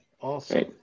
Awesome